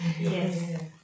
Yes